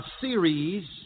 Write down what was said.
series